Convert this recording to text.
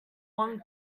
one